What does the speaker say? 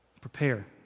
Prepare